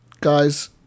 Guys